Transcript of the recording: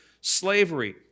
Slavery